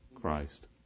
Christ